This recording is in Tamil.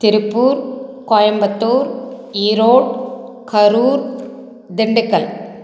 திருப்பூர் கோயம்புத்தூர் ஈரோடு கரூர் திண்டுக்கல்